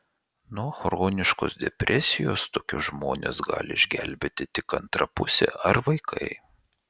nuo chroniškos depresijos tokius žmones gali išgelbėti tik antra pusė ar vaikai